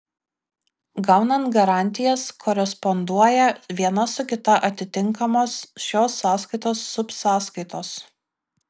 gaunant garantijas koresponduoja viena su kita atitinkamos šios sąskaitos subsąskaitos